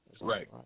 Right